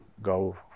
go